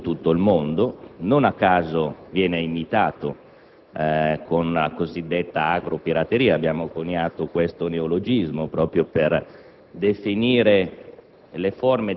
conosciuto in tutto il mondo; non a caso viene imitato con la cosiddetta agropirateria. Abbiamo coniato questo neologismo per definire